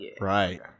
Right